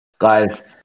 Guys